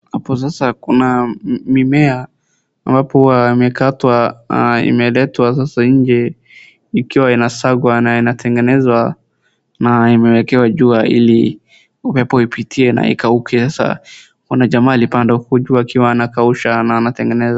Hapo sasa kuna mimea ambapo huwa imeketwa na imeletwa sasa inje ikiwa inasagwa na inatengenezwa na imewekewa jua ili upepo ipitie na ikauke. Sasa kuna jamaa alipanda huko juu akiwa anakausha na anatengeneza.